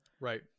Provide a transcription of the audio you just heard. Right